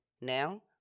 Now